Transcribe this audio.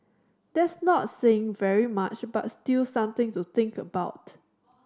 that's not saying very much but still something to think about